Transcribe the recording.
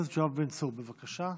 חבר הכנסת יואב בן צור, בבקשה.